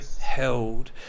held